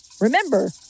remember